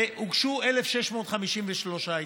והוטלו 1,653 עיצומים,